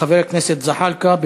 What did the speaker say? של חבר הכנסת זחאלקה.